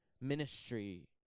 ministry